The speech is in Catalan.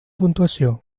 puntuació